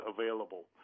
available